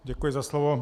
Děkuji za slovo.